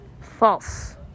False